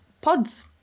pods